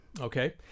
Okay